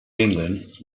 england